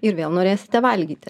ir vėl norėsite valgyti